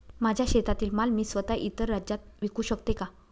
माझ्या शेतातील माल मी स्वत: इतर राज्यात विकू शकते का?